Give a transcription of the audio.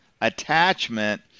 attachment